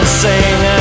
sing